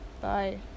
bye